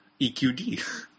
EQD